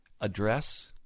address